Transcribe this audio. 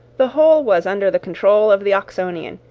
the whole was under the control of the oxonian,